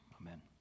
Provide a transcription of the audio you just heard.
amen